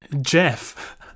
jeff